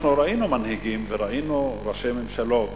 אנחנו ראינו מנהיגים וראינו ראשי ממשלות